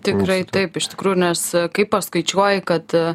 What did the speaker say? tikrai taip iš tikrųjų nes kai paskaičiuoji kad